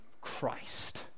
christ